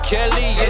Kelly